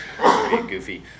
goofy